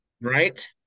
right